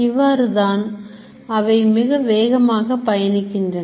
இவ்வாறுதான் அவை மிக வேகமாக பயணிக்கின்றன